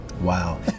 Wow